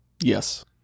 Yes